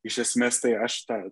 iš esmės tai aš tą